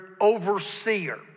overseer